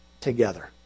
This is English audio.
together